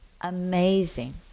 amazing